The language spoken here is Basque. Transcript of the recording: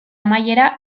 amaiera